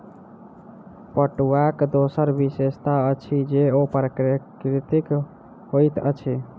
पटुआक दोसर विशेषता अछि जे ओ प्राकृतिक होइत अछि